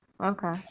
okay